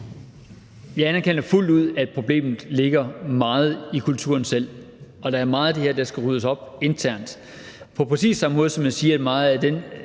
Jeg anerkender fuldt ud, at problemet ligger meget i kulturen selv og der er meget af det her, der skal ryddes op internt. På præcis samme måde, som jeg siger, at meget af den